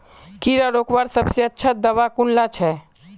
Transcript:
कीड़ा रोकवार सबसे अच्छा दाबा कुनला छे?